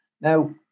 now